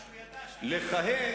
לכהן,